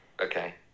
Okay